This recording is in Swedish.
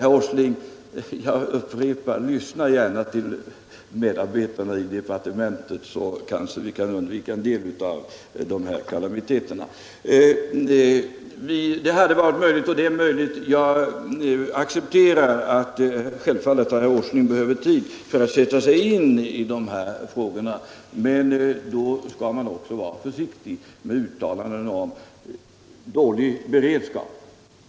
Jag upprepar, herr Åsling, lyssna gärna till medarbetarna i departementet, så kanske vi kan undvika en del sådana här kalamiteter. Jag accepterar självfallet att herr Åsling behöver tid för att sätta sig in i dessa frågor, men då skall man också vara försiktig med uttalanden om dålig beredskap.